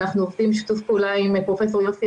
אנחנו עובדים בשיתוף פעולה עם פרופ' יוסי